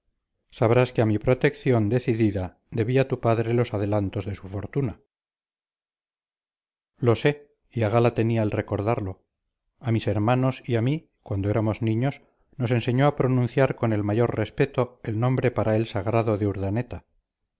sabrás que a mi protección decidida debía tu padre los adelantos de su fortuna lo sé y a gala tenía el recordarlo a mis hermanos y a mí cuando éramos niños nos enseñó a pronunciar con el mayor respeto el nombre para él sagrado de urdaneta